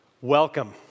welcome